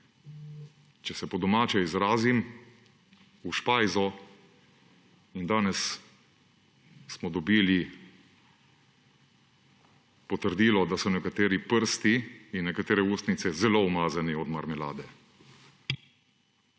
Če se po domače izrazim, v špajzo in danes smo dobili potrdilo, da so nekateri prsti in nekatere ustnice zelo umazani od marmelade.